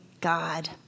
God